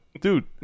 Dude